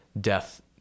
death